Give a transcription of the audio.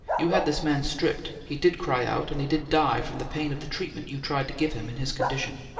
you had this man stripped, he did cry out, and he did die from the pain of the treatment you tried to give him, in his condition.